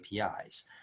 APIs